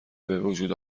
وجود